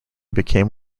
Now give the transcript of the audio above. became